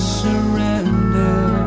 surrender